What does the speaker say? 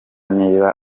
niba